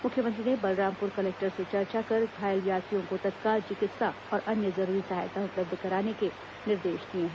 मुख्यमंत्री ने बलरामपुर कलेक्टर से चर्चा कर घायल यात्रियों को तत्काल चिकित्सा और अन्य जरूरी सहायता उपलब्ध कराने के निर्देश दिए हैं